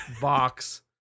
box